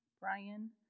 Brian